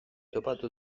topatu